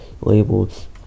labels